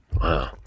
Wow